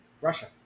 Russia